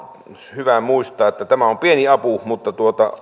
hyvä muistaa että tämä on pieni apu mutta